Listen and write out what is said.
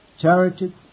charity